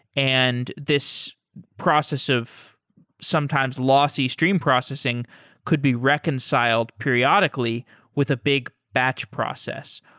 and this process of sometimes lossy stream processing could be reconciled periodically with a big batch process.